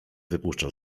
wypuszczał